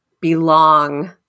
belong